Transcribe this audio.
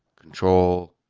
control,